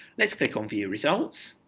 let's click on view results